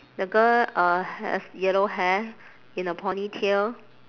the girl uh has yellow hair in a ponytail